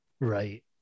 Right